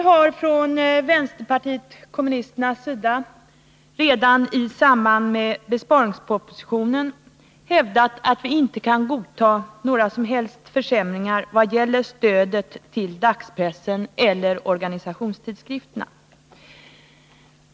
Herr talman! Vi har från vpk:s sida redan i samband med besparingspropositionen hävdat att vi inte kan godta några som helst försämringar vad gäller stödet till dagspressen eller organisationstidskrifterna.